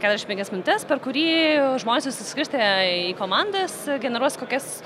keturiasdešimt penkias minutes per kurį žmonės susiskirstę į komandas generuos kokias